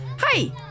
Hi